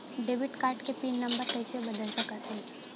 Debit card क pin number कइसे बदल सकत हई?